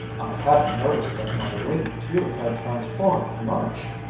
i hadn't noticed that my radiant youth had transformed much,